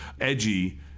edgy